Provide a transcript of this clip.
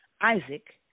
Isaac